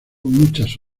muchas